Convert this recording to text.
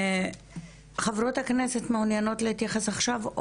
חברות הכנסת מעוניינות להתייחס עכשיו?